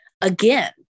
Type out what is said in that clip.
Again